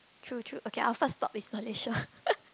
true true okay our first stop is Malaysia